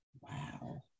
wow